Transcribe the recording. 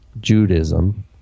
Judaism